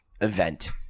event